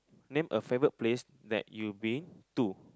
name a favourite place that you been to